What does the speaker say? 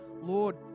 Lord